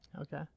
okay